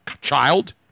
child